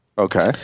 Okay